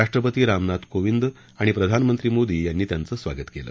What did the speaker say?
राष्ट्रपती रामनाथ कोविंद आणि प्रधानमंत्री मोदी यांनी त्यांचं स्वागत केलं